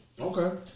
Okay